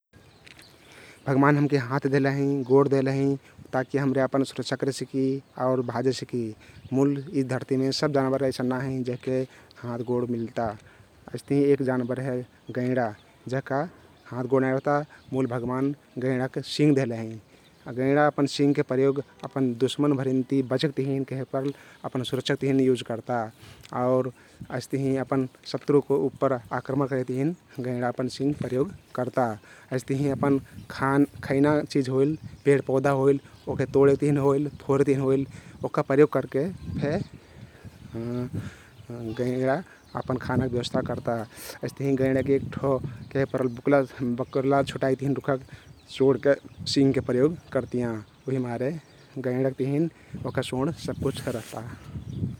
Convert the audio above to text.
भगमान हमके हाँथ देहले हँइ, गोर देहले हँइ ता कि हम्रे अपना सुरक्षा करे सिकी आउर भाजे सकी मुल यी धरतीमे सब जानबर अइसन नाई हँइ जेहका हाथ गोड मिलता । अइस्तहिं एक जानबर हे गैंडा । हाँथ गोड नाइ रहता मुल भगमान गैंडा ओहके सिंघ देहहले हइ । गैंडा अपन सिंघके प्रयोग अपन दुश्मन भरिनति बचेक तहिन केहेक परल अपन सुरक्षक तहिन युज कर्ता आउर अइस्तहिं अपन शत्रुक उप्पर आक्रमण करेक तहिन गैंडा अपन सिंघ प्रयोग कर्ता । अइस्तहिं अपन खाना खैना चिझ होइल, पेड पौधा होइल ओहके तोडेक तहिन, फोरेक तहिन होइल ओहका प्रयोग करके फे गैंडा अपन खानाक ब्यवस्था कर्ता । अइस्तहिं गैंडा एक ठो केहेपरल बकुला बकुला छुटाइक तहिन रुख्खक सिंघके प्रयोग करतियाँ । उहिमारे गैंडाक तहिन ओहका सबकुछ रहता ।